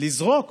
לזרוק